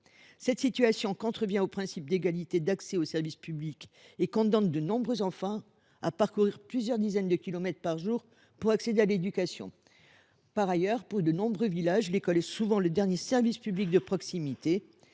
Cette situation contrevient au principe d’égalité d’accès au service public et condamne de nombreux enfants à parcourir plusieurs dizaines de kilomètres par jour pour accéder à l’éducation. Par ailleurs, dans de nombreux villages, l’école est souvent le dernier service public de proximité.